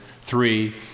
three